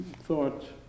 thought